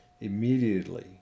immediately